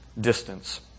distance